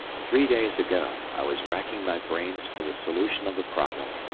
three days ago, i was racking my brains for the solution of a problem,